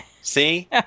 See